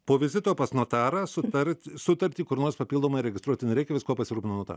po vizito pas notarą sutart sutartį kur nors papildomai registruoti nereikia viskuo pasirūpina nota